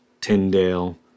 Tyndale